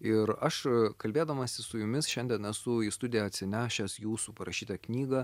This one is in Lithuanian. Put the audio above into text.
ir aš kalbėdamasis su jumis šiandien esu į studiją atsinešęs jūsų parašytą knygą